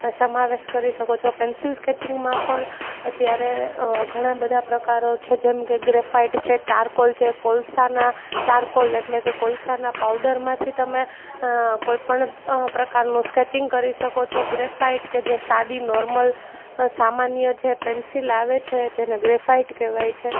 સમાવેશ કરી શકો છો પેન્સિલ સ્કેચિંગમાં પણ અત્યારે ઘણાબધા પ્રકારો છે જેમકે ગ્રેફાઇટ છે ચારકોલ છે કોલસાના ચારકોલ એટલે કે કોલસાના પાવડરમાંથી તમે કોઈપણ પ્રકારનું સ્કેચિંગ કરી શકો છો ગ્રેફાઇટ કે જે સાદી નોર્મલ સામાન્ય જે પેન્સિલ આવે છે જેને ગ્રેફાઇટ કહેવાય છે